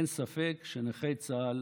אין ספק שנכי צה"ל